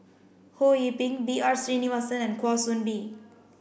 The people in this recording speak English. Ho Yee Ping B R Sreenivasan and Kwa Soon Bee